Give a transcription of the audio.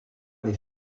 les